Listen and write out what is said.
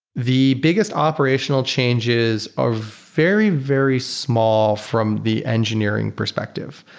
the biggest operational changes are very, very small from the engineering perspective.